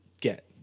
get